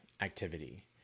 activity